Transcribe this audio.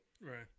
Right